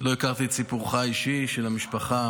לא הכרתי את סיפורך האישי, של המשפחה.